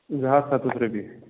زٕ ہَتھ سَتَتھ رۄپیہِ